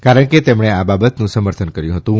કારણ કે તેમણે આ બાબતનું સમર્થન કર્યું હતું